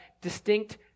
distinct